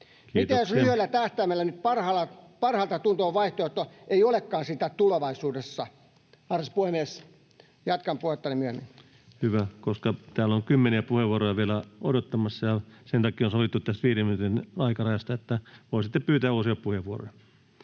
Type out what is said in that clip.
Mitä, jos lyhyellä tähtäimellä nyt parhaalta tuntuva vaihtoehto ei olekaan sitä tulevaisuudessa? Arvoisa puhemies! Jatkan puhettani myöhemmin. Hyvä, koska täällä on kymmeniä puheenvuoroja vielä odottamassa, ja sen takia on sovittu tästä viiden minuutin aikarajasta, että voi sitten pyytää uusia puheenvuoroja.